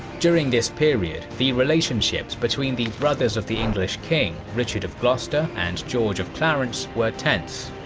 during this period the relationships between the brothers of the english king richard of gloucester and george of clarence were tense,